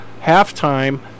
halftime